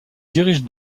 dirige